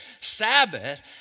Sabbath